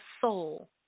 soul